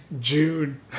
June